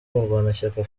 murwanashyaka